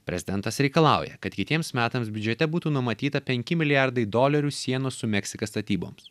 prezidentas reikalauja kad kitiems metams biudžete būtų numatyta penki milijardai dolerių sienos su meksika statyboms